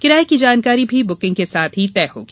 किराए की जानकारी भी बुकिंग के साथ ही तय होगी